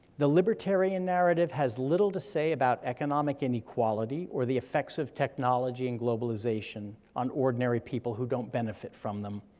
the libertarian narrative has little to say about economic inequality, or the effects of technology and globalization on ordinary people who don't benefit from them.